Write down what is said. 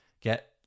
get